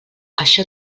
això